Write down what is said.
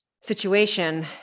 situation